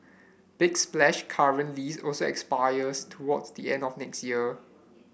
big splash current lease also expires toward the end of next year